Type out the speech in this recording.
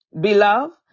beloved